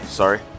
sorry